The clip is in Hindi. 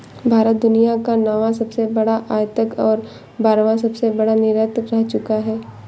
भारत दुनिया का नौवां सबसे बड़ा आयातक और बारहवां सबसे बड़ा निर्यातक रह चूका है